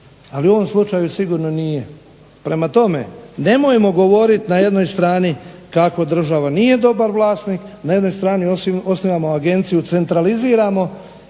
ali u ovom slučaju sigurno nije. Prema tome, nemojmo govoriti na jednoj strani kako država nije dobar vlasnik, na jednoj strani ostavljamo agenciju i centraliziramo